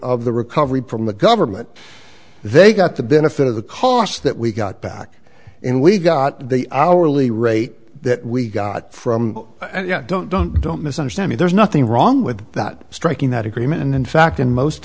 of the recovery from the government they got the benefit of the costs that we got back and we got the hourly rate that we got from don't don't don't misunderstand me there's nothing wrong with that striking that agreement and in fact in most